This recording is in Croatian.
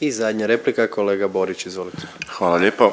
I zadnja replika, kolega Borić, izvolite. **Borić, Josip (HDZ)** Hvala lijepa.